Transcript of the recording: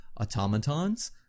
automatons